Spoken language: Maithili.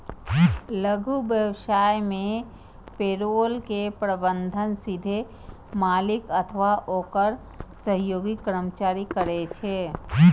लघु व्यवसाय मे पेरोल के प्रबंधन सीधे मालिक अथवा ओकर सहयोगी कर्मचारी करै छै